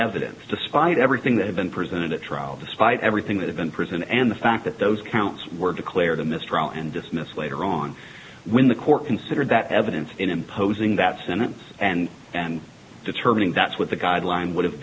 evidence despite everything that had been presented at trial despite everything that in prison and the fact that those counts were declared a mistrial and dismissed later on when the court considered that evidence in imposing that sentence and and determining that's what the guideline would have